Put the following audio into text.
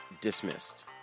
dismissed